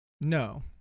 No